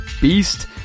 beast